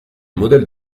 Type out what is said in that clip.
modèles